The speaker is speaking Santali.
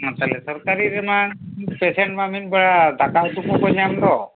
ᱟᱨ ᱛᱟᱦᱚᱞᱮ ᱥᱚᱨᱠᱟᱨᱤ ᱨᱮᱢᱟ ᱯᱮᱥᱮᱱᱴ ᱢᱟ ᱢᱤᱫᱽ ᱵᱮᱲᱟ ᱫᱟᱠᱟ ᱩᱛᱩ ᱠᱚᱠᱚ ᱧᱟᱢᱫᱚ